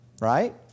right